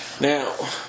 Now